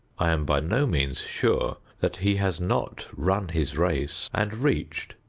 i am by no means sure that he has not run his race and reached,